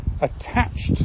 attached